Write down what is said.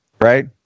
right